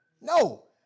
No